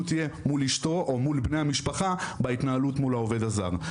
תהיה מול אשתו או מול בני המשפחה בהתנהלות מול העובד הזר.